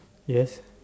yes